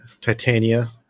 Titania